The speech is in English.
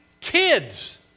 kids